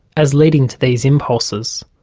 as leading to these impulses.